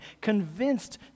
convinced